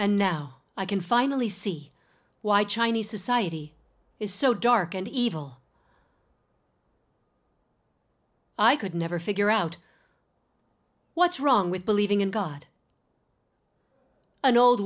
and now i can finally see why chinese society is so dark and evil i could never figure out what's wrong with believing in god an old